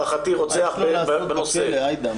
מה יש לו לעשות בכלא, עאידה?